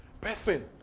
Person